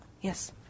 yes